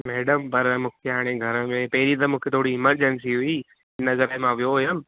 madam पर मूंखे हाणे घर में पहिरीं त मूंखे थोरी इमर्जन्सी हुई हिन दफ़े मां वियो हुयमि